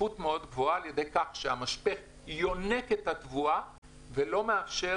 ברציפות מאוד גבוהה על ידי כך שהמשפך יונק את התבואה ולא מאפשר